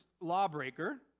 lawbreaker